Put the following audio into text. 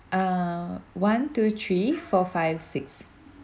uh one two three four five six